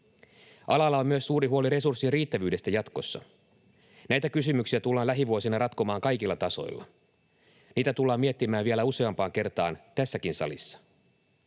Alalla on myös suuri huoli resurssien riittävyydestä jatkossa. Näitä kysymyksiä tullaan lähivuosina ratkomaan kaikilla tasoilla. Niitä tullaan miettimään vielä useampaan kertaan tässäkin salissa.